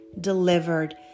delivered